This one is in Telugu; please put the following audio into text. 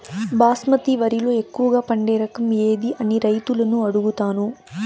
బాస్మతి వరిలో ఎక్కువగా పండే రకం ఏది అని రైతులను అడుగుతాను?